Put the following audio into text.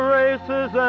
races